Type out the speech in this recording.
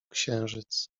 księżyc